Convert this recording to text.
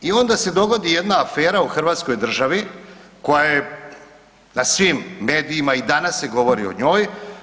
I onda se dogodi jedna afera u hrvatskoj državi koja je na svim medijima i danas se govori o njoj.